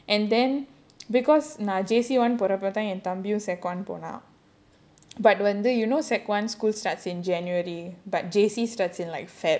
and then because நான்:naan J_C one போறப்ப என் தம்பியும்:porappo en thambiyum ponaan secondary one போனான்:ponaan but வந்து:vandhu you know secondary one school starts in january but J_C starts in like february